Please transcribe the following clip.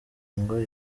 ngo